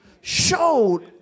showed